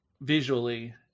visually